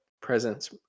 presence